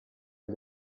gli